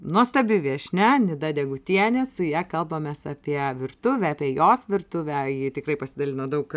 nuostabi viešnia nida degutienė su ja kalbamės apie virtuvę apie jos virtuvę ji tikrai pasidalino daug